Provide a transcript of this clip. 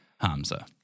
Hamza